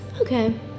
Okay